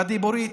בדיבורית